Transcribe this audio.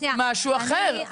שנייה -- משהו אחר,